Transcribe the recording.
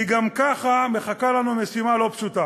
כי גם ככה מחכה לנו משימה לא פשוטה.